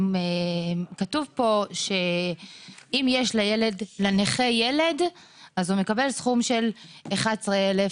כתוב פה שאם יש לנכה ילד אז הוא מקבל סכום של 11,000,